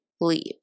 leap